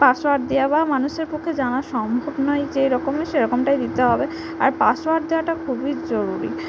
password দেওয়া বা মানুষের পক্ষে জানা সম্ভব নয় যেরকমই সেরকমটাই দিতে হবে আর পাসওয়ার্ড দেওয়াটা খুবই জরুরি